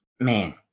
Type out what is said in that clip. Man